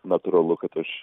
natūralu kad aš